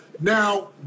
now